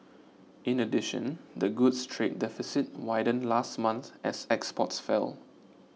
in addition the goods trade deficit widened last month as exports fell